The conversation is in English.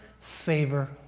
favor